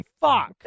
Fuck